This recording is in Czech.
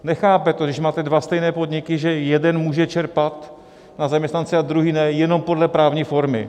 Nechápe to, když máte dva stejné podniky, že jeden může čerpat na zaměstnance, a druhý ne, jenom podle právní formy.